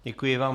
Děkuji vám.